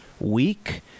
week